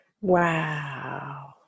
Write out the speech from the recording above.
Wow